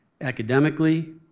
academically